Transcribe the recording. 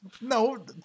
no